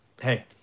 hey